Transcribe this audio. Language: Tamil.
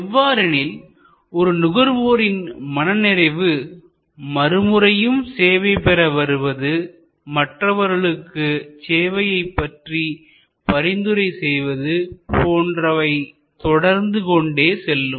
எவ்வாறெனில் ஒரு நுகர்வோரின் மனநிறைவு மறுமுறையும் சேவை பெற வருவது மற்றவர்களுக்கு சேவையைப் பற்றி பரிந்துரை செய்வது போன்றவை தொடர்ந்து கொண்டு செல்லும்